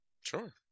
sure